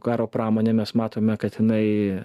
karo pramonė mes matome kad jinai